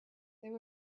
there